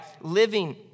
living